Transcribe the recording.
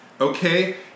okay